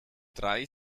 drei